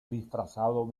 disfrazado